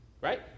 Right